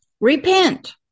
repent